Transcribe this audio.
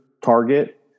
target